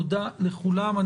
תודה לכולם.